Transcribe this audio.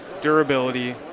durability